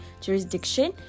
jurisdiction